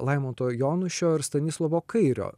laimanto jonušio ir stanislovo kairio